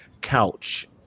couch